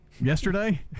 Yesterday